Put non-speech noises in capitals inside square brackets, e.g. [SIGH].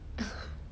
[LAUGHS]